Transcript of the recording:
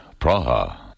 Praha